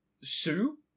sue